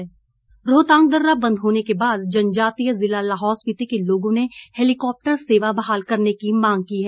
helicopter मांग रोहतांग दर्रा बंद होने के बाद जनजातीय जिला लाहौल स्पीति के लोगों ने हेलीकाप्टर सेवा बहाल करने की मांग की है